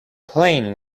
playing